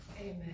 Amen